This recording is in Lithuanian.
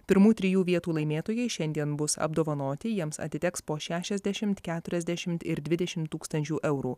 pirmų trijų vietų laimėtojai šiandien bus apdovanoti jiems atiteks po šešiasdešimt keturiasdešimt ir dvidešimt tūkstančių eurų